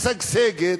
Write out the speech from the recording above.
משגשגת.